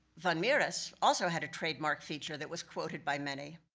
van mieris also had a trademark feature that was quoted by many.